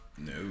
No